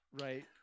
right